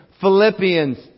Philippians